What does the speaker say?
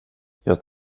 jag